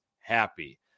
happy